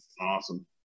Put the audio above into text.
Awesome